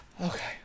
Okay